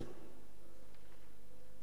אתם.